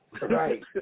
Right